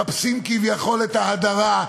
מחפשים כביכול את ההדרה,